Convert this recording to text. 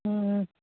हूं